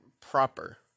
proper